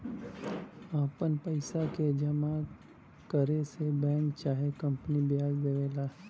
आपन पइसा के जमा करे से बैंक चाहे कंपनी बियाज देवेला